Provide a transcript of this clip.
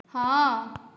ହଁ